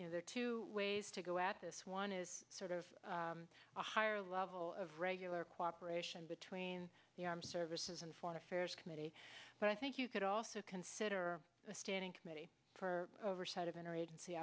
you know there are two ways to go at this one is sort of a higher level of regular cooperation between the armed services and foreign affairs committee but i think you could also consider a standing committee for oversight of inner agency